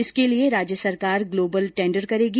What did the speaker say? इसके लिए राज्य सरकार ग्लोबल टेंडर करेगी